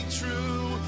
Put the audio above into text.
true